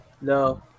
No